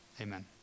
amen